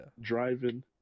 Driving